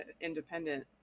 independent